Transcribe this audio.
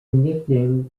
nickname